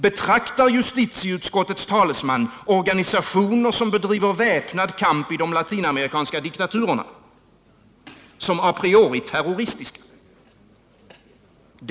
Betraktar justitieutskottets talesman organisationer som bedriver väpnad kamp i de latinamerikanska diktaturerna såsom a priori terroristiska?